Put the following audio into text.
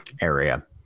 area